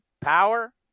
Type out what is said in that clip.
power